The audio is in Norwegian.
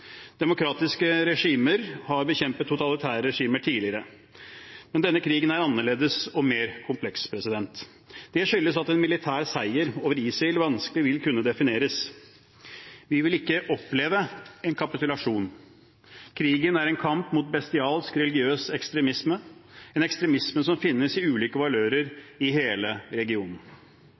Demokratiske regimer har bekjempet totalitære regimer tidligere, men denne krigen er annerledes og mer kompleks. Det skyldes at en militær seier over ISIL vanskelig vil kunne defineres. Vi vil ikke oppleve en kapitulasjon. Krigen er en kamp mot bestialsk religiøs ekstremisme, en ekstremisme som finnes i ulike valører i hele regionen.